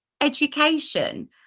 education